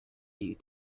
you